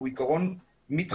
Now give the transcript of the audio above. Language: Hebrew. שהוא עיקרון מתחייב,